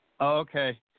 Okay